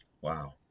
Wow